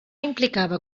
implicava